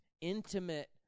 intimate